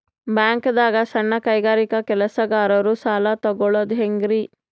ಬ್ಯಾಂಕ್ದಾಗ ಸಣ್ಣ ಕೈಗಾರಿಕಾ ಕೆಲಸಗಾರರು ಸಾಲ ತಗೊಳದ್ ಹೇಂಗ್ರಿ?